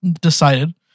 decided